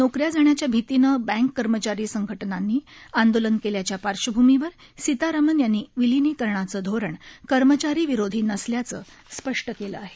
नोक या जाण्याच्या भीतीनं बँक कर्मचारी संघटनांनी आंदोलन केल्याच्या पार्श्वभूमीवर सीतारामन यांनी विलीनीकरणाचं धोरण कर्मचारीविरोधी नसल्याचं स्पष्ट केलं आहे